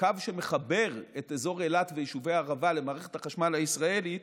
הקו שמחבר את אזור אילת ויישובי הערבה למערכת החשמל הישראלית,